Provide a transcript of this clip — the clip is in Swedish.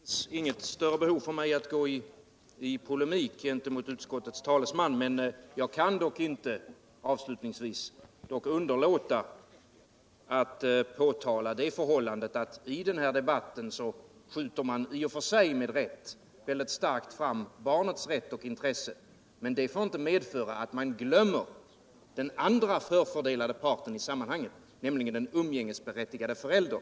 Herr talman! Det finns inget större behov för mig att gå i polemik mot utskottets talesman. Men jag kan avslutningsvis inte underlåta att påtala att man i debatten — i och för sig med rätta — mycket starkt skjutit fram barnets rätt och intresse. Men det får inte medföra att man glömmer den andra förfördelade parten i sammanhanget, nämligen den umgängesberättigade föräldern.